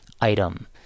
item